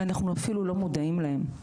ואנחנו אפילו לא מודעים להם.